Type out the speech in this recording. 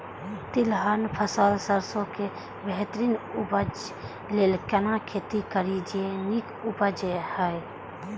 तिलहन फसल सरसों के बेहतरीन उपजाऊ लेल केना खेती करी जे नीक उपज हिय?